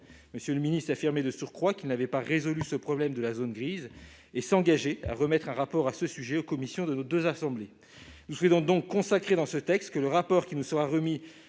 hésitant. » Il affirmait de surcroît qu'il n'avait pas résolu ce problème de la zone grise et s'engageait à remettre un rapport sur le sujet aux commissions de nos deux assemblées. Nous souhaitons donc prévoir dans le texte que le rapport sur les mesures